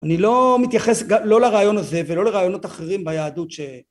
אני לא מתייחס לא לרעיון הזה ולא לרעיונות אחרים ביהדות